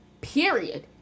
period